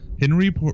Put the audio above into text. Henry